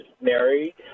married